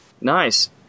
Nice